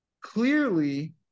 clearly